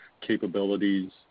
capabilities